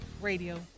Radio